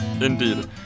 Indeed